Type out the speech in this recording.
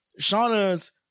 Shauna's